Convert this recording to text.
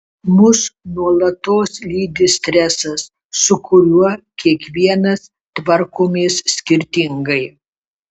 mus nuolatos lydi stresas su kuriuo kiekvienas tvarkomės skirtingai